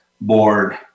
board